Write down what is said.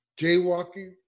jaywalking